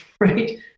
right